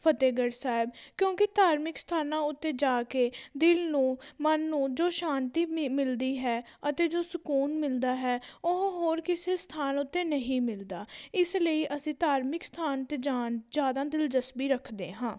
ਫਤਿਹਗੜ੍ਹ ਸਾਹਿਬ ਕਿਉਂਕਿ ਧਾਰਮਿਕ ਸਥਾਨਾਂ ਉੱਤੇ ਜਾ ਕੇ ਦਿਲ ਨੂੰ ਮਨ ਨੂੰ ਜੋ ਸ਼ਾਂਤੀ ਮਿਲ ਮਿਲਦੀ ਹੈ ਅਤੇ ਜੋ ਸਕੂਨ ਮਿਲਦਾ ਹੈ ਉਹ ਹੋਰ ਕਿਸੇ ਸਥਾਨ ਉੱਤੇ ਨਹੀਂ ਮਿਲਦਾ ਇਸ ਲਈ ਅਸੀਂ ਧਾਰਮਿਕ ਸਥਾਨ 'ਤੇ ਜਾਣ ਜ਼ਿਆਦਾ ਦਿਲਜਸਪੀ ਰੱਖਦੇ ਹਾਂ